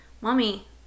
mommy